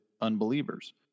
unbelievers